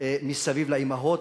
מסביב לאימהות,